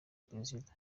prezida